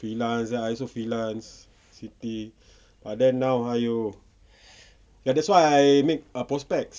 freelance I also freelance siti but then now !aiyo! ya that's why I make postpacs